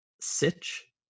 Sitch